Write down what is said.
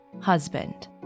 husband